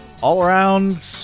all-around